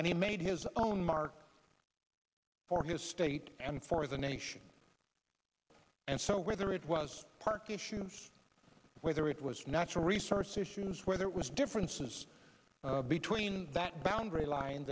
and he made his own mark for his state and for the nation and so whether it was park issues whether it was natural resource issues whether it was differences between that boundary line